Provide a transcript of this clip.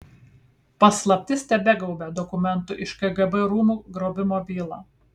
paslaptis tebegaubia dokumentų iš kgb rūmų grobimo bylą